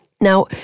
Now